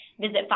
visit